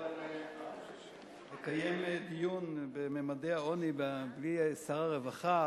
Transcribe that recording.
אבל לקיים דיון בממדי העוני בלי שר הרווחה,